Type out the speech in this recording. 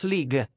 League